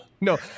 No